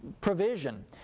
provision